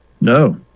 No